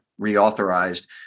reauthorized